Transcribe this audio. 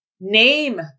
name